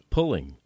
Pulling